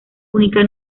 única